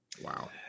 Wow